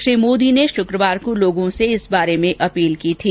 श्री मोदी ने शुक्रवार को लोगों से ऐसी ही अपील की थी